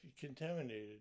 contaminated